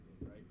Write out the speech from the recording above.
right